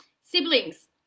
siblings